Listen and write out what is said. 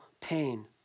pain